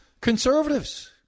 conservatives